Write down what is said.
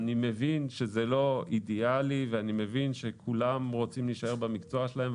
אני מבין שזה לא אידיאלי ואני מבין שכולם רוצים להישאר במקצוע שלהם.